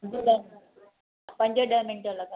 पंज ॾह मिंट लॻंदा